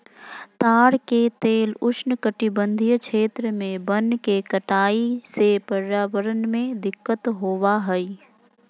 ताड़ के तेल उष्णकटिबंधीय क्षेत्र में वन के कटाई से पर्यावरण में दिक्कत होबा हइ